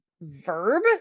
verb